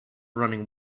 running